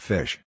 Fish